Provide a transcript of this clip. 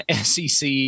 SEC